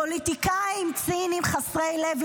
פוליטיקאים ציניים חסרי לב,